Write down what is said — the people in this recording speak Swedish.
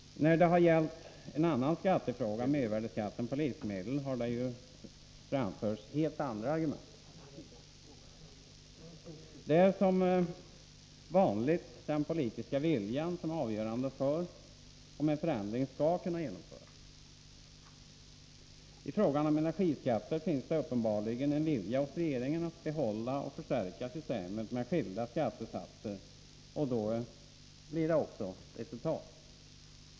När det har gällt en annan skattefråga, mervärdeskatten på livsmedel, har helt andra argument framförts. Det är som vanligt den politiska viljan som är avgörande för om en förändring skall kunna genomföras. I frågan om energiskatter finns det uppenbarligen en vilja hos regeringen att behålla och förstärka systemet med skilda skattesatser, och då blir det också resultat.